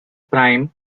prime